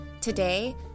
Today